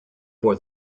for